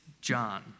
John